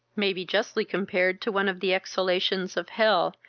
may be justly compared to one of the exhalations of hell,